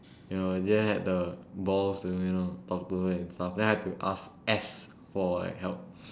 you know I didn't have the balls to you know talk to her and stuff then I have to ask S for like help